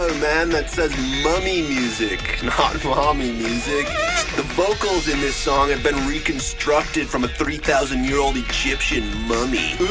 ah man. that says mummy music, not mommy the vocals in this song have been reconstructed from a three thousand year old egyptian mummy